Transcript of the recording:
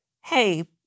hey